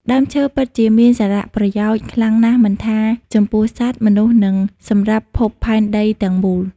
ដើមឈើពិតជាមានសារៈប្រយោជន៍ខ្លាំងណាស់មិនថាចំពោះសត្វ មនុស្សនិងសម្រាប់ភពផែនដីទាំងមូល។